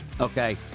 okay